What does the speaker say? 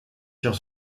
sur